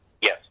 Yes